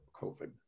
COVID